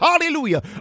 hallelujah